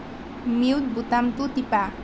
mute বুটামটো টিপা